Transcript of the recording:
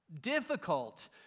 Difficult